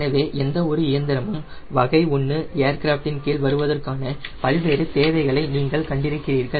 எனவே எந்தவொரு இயந்திரமும் வகை 1 ஏர்கிராஃப்டின் கீழ் வருவதற்கான பல்வேறு தேவைகளை நீங்கள் கண்டிருக்கிறீர்கள்